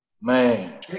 Man